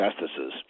justices